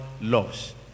loves